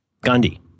Gandhi